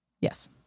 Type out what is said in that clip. Yes